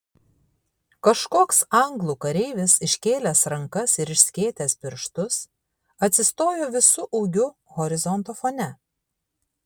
kažkoks anglų kareivis iškėlęs rankas ir išskėtęs pirštus atsistojo visu ūgiu horizonto fone